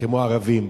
כמו ערבים,